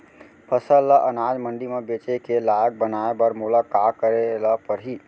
फसल ल अनाज मंडी म बेचे के लायक बनाय बर मोला का करे ल परही?